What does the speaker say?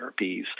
therapies